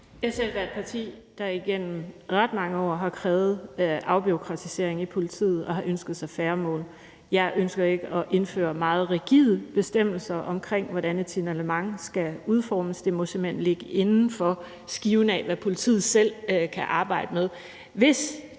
SF er et parti, der igennem ret mange år har krævet afbureaukratisering i politiet og har ønsket færre mål. Jeg ønsker ikke at indføre meget rigide bestemmelser for, hvordan et signalement skal udformes. Det må simpelt hen ligge inden for skiven af, hvad politiet selv kan arbejde med.